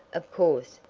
of course,